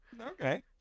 Okay